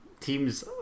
teams